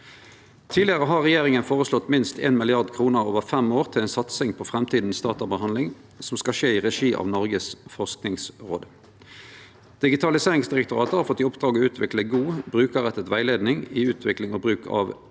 Tidlegare har regjeringa føreslått minst 1 mrd. kr over fem år til ei satsing på framtidas databehandling, som skal skje i regi av Noregs forskingsråd. Digitaliseringsdirektoratet har fått i oppdrag å utvikle god brukarretta rettleiing i utvikling og bruk av